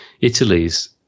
Italy's